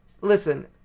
listen